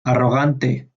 arrogante